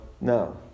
no